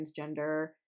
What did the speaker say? transgender